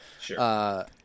Sure